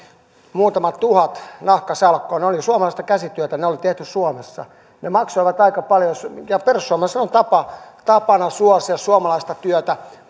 muutama tuhat nahkasalkkua ne olivat suomalaista käsityötä ne oli tehty suomessa ne maksoivat aika paljon perussuomalaisilla on tapana suosia suomalaista työtä